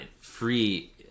free